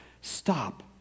Stop